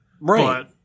Right